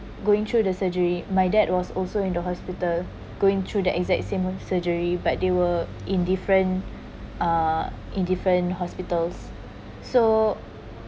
going through the surgery my dad was also in the hospital going through the exact same one surgery but they were in different uh in different hospitals so